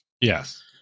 Yes